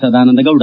Sadananda Gowda